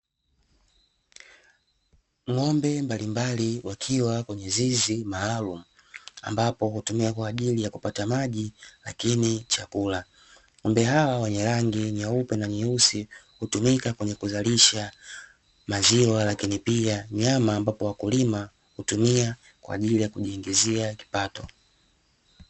Ng'ombe mbalimbali wakiwa kwenye zizi maalum ambapo hutumia kwa ajili ya kupata maji lakini chakula. Ng'ombe hawa wenye rangi nyeupe na nyeusi hutumika kwenye kuzalisha maziwa lakini pia nyama ambapo wakulima hutumia kwa ajili ya kujiingizia kipato.